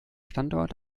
standort